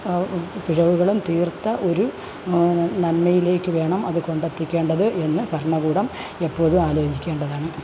പിഴവുകളും തീർത്ത ഒരു നന്മയിലേക്ക് വേണം അത് കൊണ്ടെത്തിക്കേണ്ടത് എന്ന് ഫരണകൂടം എപ്പോഴും ആലോചിക്കേണ്ടതാണ്